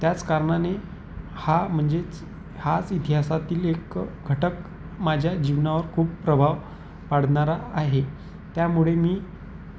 त्याच कारणाने हा म्हणजेच हाच इतिहासातील एक घटक माझ्या जीवनावर खूप प्रभाव पाडणारा आहे त्यामुळे मी